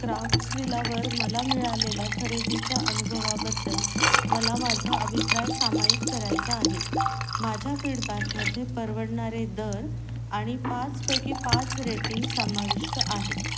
क्राफ्ट्सव्हिलावर मला मिळालेल्या खरेदीच्या अनुभवाबद्दल मला माझा अभिप्राय सामाईक करायचा आहे माझ्या फीडबॅकमध्ये परवडणारे दर आणि पाचपैकी पाच रेटिंग समाविष्ट आहे